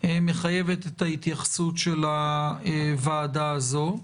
מחייבת את ההתייחסות של הוועדה הזו.